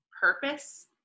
purpose